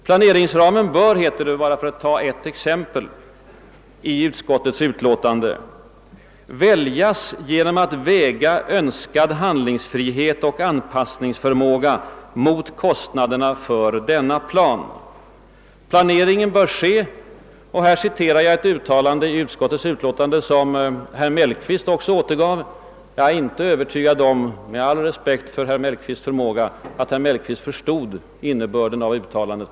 Planeringsramen bör, heter det i utskottets utlåtande — för att bara ta ett exempel — >»väljas genom att väga Önskad handlingsfrihet och anpassningsförmåga mot kostnaderna för denna plan«. Här citerar jag ett uttalande i utskottets utlåtande som också herr Mellqvist återgav. Jag är inte, med all respekt för herr Mellqvists förmåga, övertygad om att han förstod innebörden av uttalandet.